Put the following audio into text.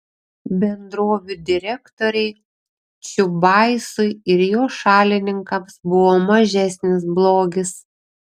bendrovių direktoriai čiubaisui ir jo šalininkams buvo mažesnis blogis